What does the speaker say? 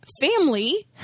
family